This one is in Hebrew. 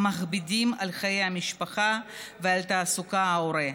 המכבידים על חיי המשפחה ועל תעסוקת ההורה.